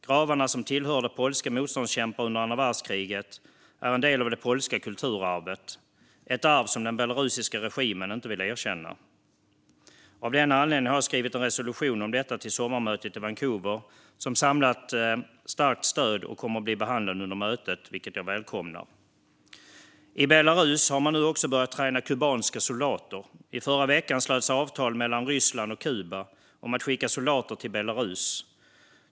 Gravarna, som tillhörde polska motståndskämpar under andra världskriget, är en del av det polska kulturarvet, ett arv som den belarusiska regimen inte vill erkänna. Av denna anledning har jag skrivit en resolution om detta till sommarmötet i Vancouver. Resolutionen har samlat starkt stöd och kommer att bli behandlad under mötet, vilket jag välkomnar. I Belarus har man nu också börjat träna kubanska soldater. I förra veckan slöts avtal mellan Ryssland och Kuba om att skicka soldater till Belarus.